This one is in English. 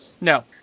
No